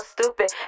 stupid